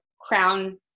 crown